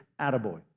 Attaboy